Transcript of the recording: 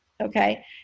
Okay